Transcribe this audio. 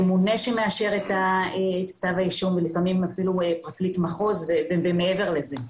ממונה שמאשר את כתב האישום ולפעמים אפילו פרקליט מחוז ומעבר לזה.